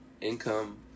income